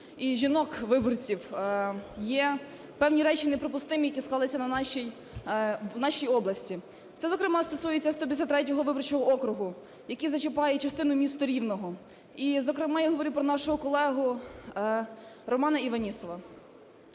і жінок-виборців, є певні речі неприпустимі, які склалися в нашій області. Це, зокрема, стосується 153 виборчого округу, який зачіпає частину міста Рівного. І, зокрема, я говорю про нашого колегу Романа Іванісова.